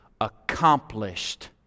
accomplished